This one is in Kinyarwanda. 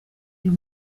uyu